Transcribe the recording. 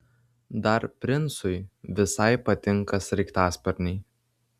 dar princui visai patinka sraigtasparniai